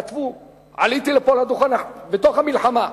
עליתי לפה לדוכן בתוך המלחמה,